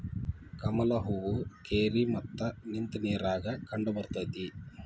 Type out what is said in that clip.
ಕಮಲ ಹೂ ಕೆರಿ ಮತ್ತ ನಿಂತ ನೇರಾಗ ಕಂಡಬರ್ತೈತಿ